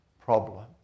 problem